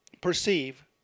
perceive